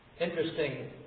Interesting